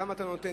כמה אתה נותן,